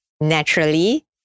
naturally